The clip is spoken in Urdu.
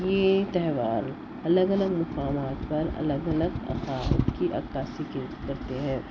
یہ تہوار الگ الگ مقامات پر الگ الگ عقائد کی عکاسی کے کرتے ہیں